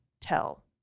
tell